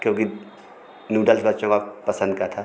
क्योंकि नूडल्स बच्चों का पसंद का पसंद का था